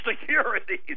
securities